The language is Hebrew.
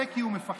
זה, כי הוא מפחד.